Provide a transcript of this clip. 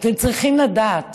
אתם צריכים לדעת